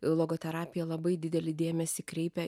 logoterapija labai didelį dėmesį kreipia